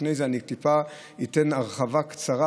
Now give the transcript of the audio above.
לפני זה אני אתן הרחבה קצרה